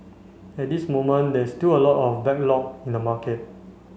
at this moment there is still a lot of backlog in the market